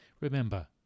Remember